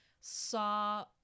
saw